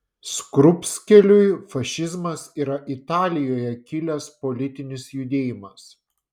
skrupskeliui fašizmas yra italijoje kilęs politinis judėjimas